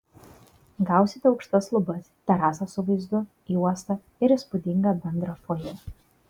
gausite aukštas lubas terasą su vaizdu į uostą ir įspūdingą bendrą fojė